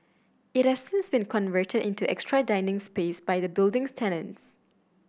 it has since been converted into extra dining space by the building's tenants